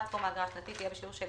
כל אחד מהם עוסק בגוף